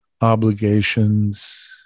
obligations